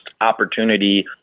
opportunity